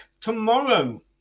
tomorrow